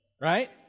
right